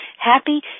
happy